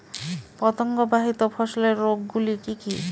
পতঙ্গবাহিত ফসলের রোগ গুলি কি কি?